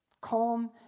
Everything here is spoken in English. Calm